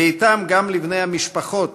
ואתם גם לבני המשפחות,